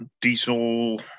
diesel